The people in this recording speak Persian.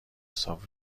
حساب